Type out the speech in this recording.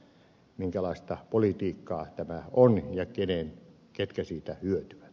se kertoo sitä minkälaista politiikkaa tämä on ja ketkä siitä hyötyvät